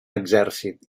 exèrcit